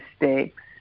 mistakes